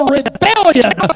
rebellion